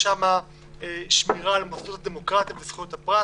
יש שם שמירה על מוסדות הדמוקרטיה וזכויות הפרט